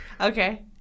Okay